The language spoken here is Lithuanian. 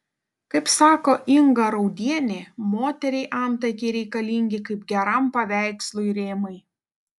kaip sako inga raudienė moteriai antakiai reikalingi kaip geram paveikslui rėmai